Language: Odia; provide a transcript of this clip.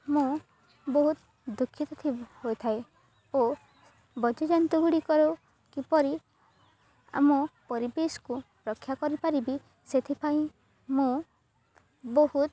ମୁଁ ବହୁତ ଦୁଃଖିତ ହୋଇଥାଏ ଓ ବନ୍ୟଯନ୍ତୁ ଗୁଡ଼ିକରୁ କିପରି ଆମ ପରିବେଶକୁ ରକ୍ଷା କରିପାରିବି ସେଥିପାଇଁ ମୁଁ ବହୁତ